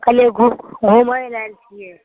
कहलिऔ घु घुमै ले आएल छिए